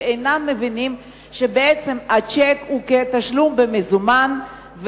שאינם מבינים שהשיק הוא כתשלום במוזמן,